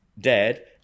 dead